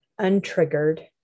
untriggered